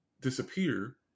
disappear